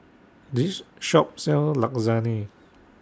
This Shop sells Lasagne